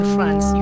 France